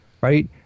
right